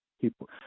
People